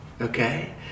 Okay